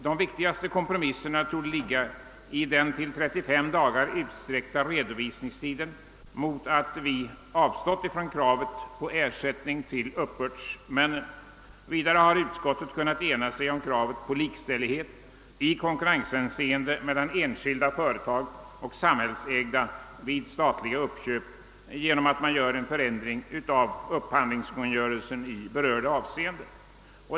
De viktigaste kompromisserna torde ligga i att redovisningstiden utsträckts till 35 dagar mot att vi avstått från kravet på ersättning till uppbördsmännen. Vidare har utskottets ledamöter kunnat ena sig om kravet på likställdhet i konkurrenshänseende mellan enskilda företag och samhällsägda vid statliga uppköp genom att man inför en förändring i upphandlingskungörelsen i berörda avseende.